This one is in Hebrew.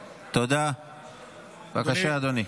בבקשה, אדוני.